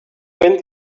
went